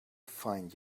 find